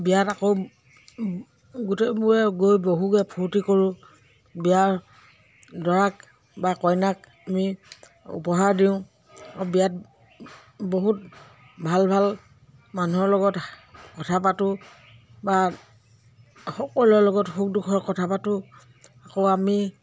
বিয়াত আকৌ গোটেইবোৰে গৈ বহোগে ফুৰ্তি কৰোঁ বিয়াৰ দৰাক বা কইনাক আমি উপহাৰ দিওঁ বিয়াত বহুত ভাল ভাল মানুহৰ লগত কথা পাতো বা সকলোৰে লগত সুখ দুখৰ কথা পাতো আকৌ আমি